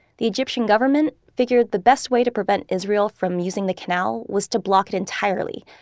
the egyptian government figured the best way to prevent israel from using the canal was to block it entirely.